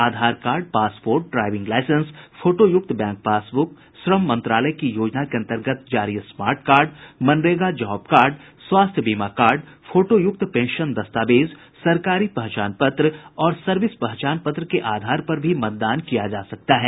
आधार card passport driving licence फोटोयुक्त bank passbook श्रम मंत्रालय की योजना के अन्तर्गत जारी स्मार्ट कार्ड मनरेगा जॉब कार्ड स्वास्थ्य बीमा स्मार्ट कार्ड फोटोयुक्त पेंशन दस्तावेज सरकारी पहचान पत्र और सर्विस पहचान पत्र के आधार पर भी मतदान किया जा सकता है